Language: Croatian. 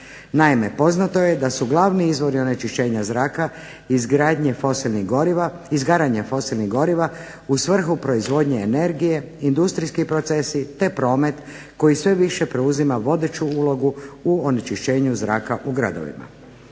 Naime, poznato je da su glavni izvori onečišćenja zraka izgaranje fosilnih goriva u svrhu proizvodnje energije, industrijski procesi te promet koji sve više preuzima vodeću ulogu u onečišćenju zraka u gradovima.